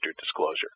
disclosure